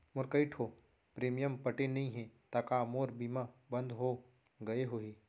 मोर कई ठो प्रीमियम पटे नई हे ता का मोर बीमा बंद हो गए होही?